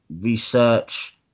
research